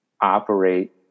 operate